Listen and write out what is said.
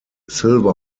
silver